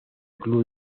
club